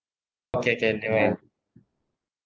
okay can never mind